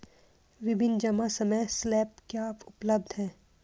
विभिन्न जमा समय स्लैब क्या उपलब्ध हैं?